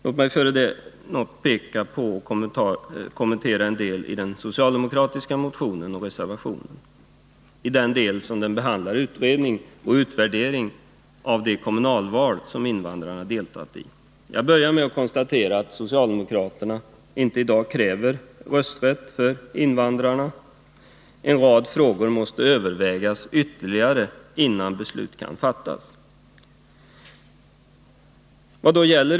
Låt mig också något kommentera den socialdemokratiska motionen och reservationen i den del där den behandlar utredning och utvärdering av de kommunalval som invandrarna har deltagit i. Jag börjar med att konstatera att socialdemokraterna inte i dag kräver rösträtt för invandrare. En rad frågor måste övervägas ytterligare innan beslut kan fattas.